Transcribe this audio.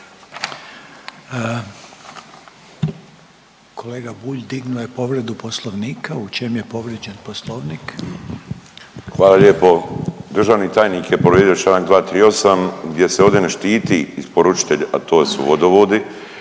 Kolega Bulj digao je povredu Poslovnika. U čemu je povrijeđen Poslovnik? **Bulj, Miro (MOST)** Hvala lijepo. Državni tajnik je povrijedio čl. 238, gdje se ovdje ne štiti isporučitelj, a to su vodovodi,